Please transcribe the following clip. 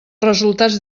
resultats